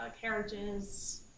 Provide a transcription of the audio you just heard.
carriages